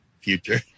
future